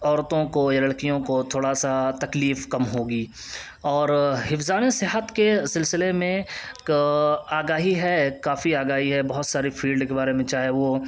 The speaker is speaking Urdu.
عورتوں کو یا لڑکیوں کو تھوڑا سا تکلیف کم ہوگی اور حفظان صحت کے سلسلے میں آگاہی ہے کافی آگاہی ہے بہت سارے فیلڈ کے بارے میں چاہے وہ